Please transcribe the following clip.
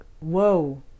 Whoa